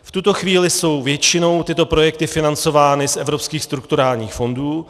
V tuto chvíli jsou většinou tyto projekty financovány z evropských strukturálních fondů.